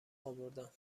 آوردم